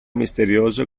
misterioso